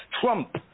Trump